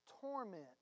torment